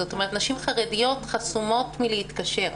זאת אומרת נשים חרדיות חסומות מלהתקשר.